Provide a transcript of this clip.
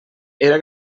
era